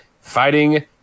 fighting